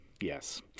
yes